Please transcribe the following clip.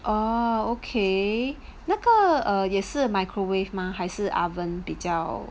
orh okay 那个 err 也是 microwave 吗还是 oven 比较